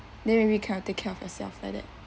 then when we cannot take care of yourself like that